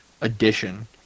edition